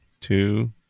two